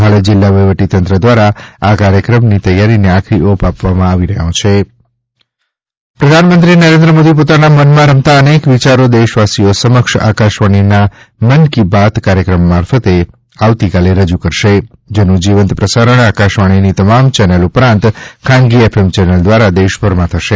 હાલ જિલ્લા વહીવટી તંત્ર દ્વારા આ કાર્યક્રમની તૈયારીને આખરી ઓપ આપવામાં આવી રહ્યો છે પ્રધાન મંત્રી નરેન્દ્ર મોદી પોતાના મન માં રમતા અનેક વિયારો દેશવાસીઓ સમક્ષ આકાશવાણી ના મન કી બાત કાર્યક્રમ મારફતે આવતીકાલે રજૂ કરશે જેનું જીવંત પ્રસારણ આકાશવાણી ની તમામ ચેનલ ઉપરાંત ખાનગી એફએમ ચેનલ દ્વારા દેશભર માં થશે